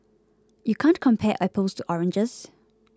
you can't compare apples to oranges